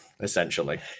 Essentially